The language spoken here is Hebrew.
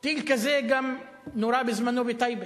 טיל כזה נורה בזמנו בטייבה,